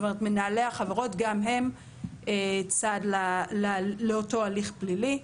מנהלי החברות גם הם צד לאותו הליך פלילי.